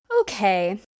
Okay